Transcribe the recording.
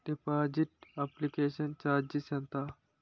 Deposit application charges ఎంత?